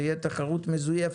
או שתהיה תחרות מזויפת,